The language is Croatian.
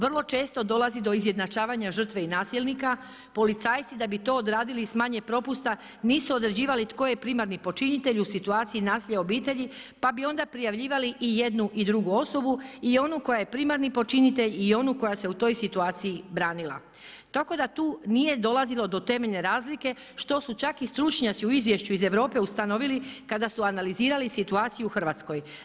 Vrlo često dolazi do izjednačavanja žrtve i nasilnika, policajci da to odradili sa manje propusta nisu određivali tko je primarni počinitelj u situaciji nasilja obitelji pa bi onda prijavljivali i jednu i drugu osobu, i onu koja je primarni počinitelj i onu koja se u toj situaciji branila, tako da tu nije dolazilo do temeljne razlike što su čak i stručnjaci u izvješću iz Europe ustanovili kada su analizirali kada su analizirali situaciju u Hrvatskoj.